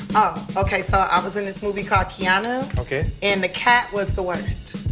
ok so i was in this movie called keanu. ok. and the cat was the worst.